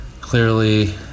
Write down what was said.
Clearly